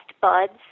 buds